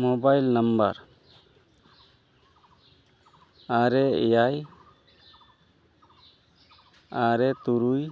mobile number ᱟᱨᱮ ᱮᱭᱟᱭ ᱟᱨᱮ ᱛᱩᱨᱩᱭ